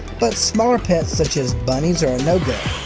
but smaller pets such as bunnies are a no-go,